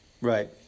Right